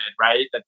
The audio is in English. right